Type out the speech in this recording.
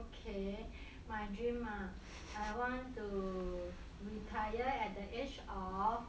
okay my dream ah I want to retire at the age of